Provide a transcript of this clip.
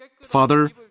Father